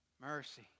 Mercy